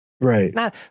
Right